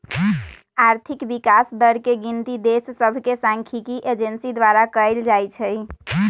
आर्थिक विकास दर के गिनति देश सभके सांख्यिकी एजेंसी द्वारा कएल जाइ छइ